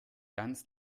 ganz